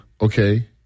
okay